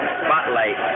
spotlight